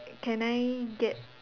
can I get